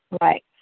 right